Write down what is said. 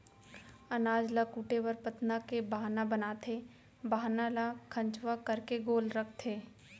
अनाज ल कूटे बर पथना के बाहना बनाथे, बाहना ल खंचवा करके गोल रखथें